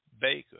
Baker